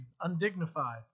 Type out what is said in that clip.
undignified